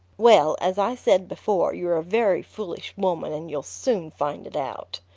well, as i said before, you're a very foolish woman and you'll soon find it out.